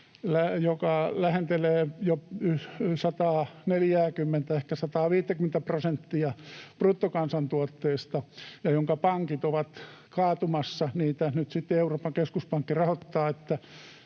joka lähentelee jo 140:tä, ehkä 150:tä prosenttia bruttokansantuotteesta. Sen pankit ovat kaatumassa. Niitä nyt sitten Euroopan keskuspankki rahoittaa,